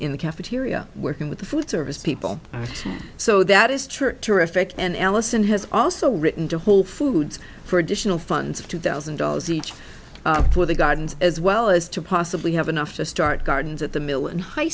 in the cafeteria working with the food service people so that is true terrific and allison has also written to whole foods for additional funds of two thousand dollars each for the gardens as well as to possibly have enough to start gardens at the mill and high